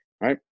right